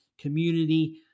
community